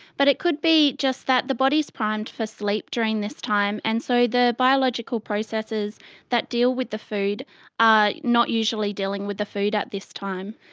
but it could be just that the body's primed for sleep during this time, and so the biological processes that deal with the food are not usually dealing with the food at this time.